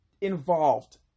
involved